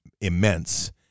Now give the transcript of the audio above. immense